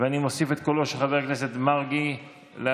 ואני מוסיף את קולו של חבר הכנסת מרגי להצבעה,